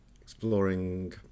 exploring